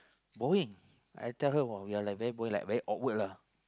boring I tell her !wow! we are like very boring like very awkward lah